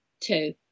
Two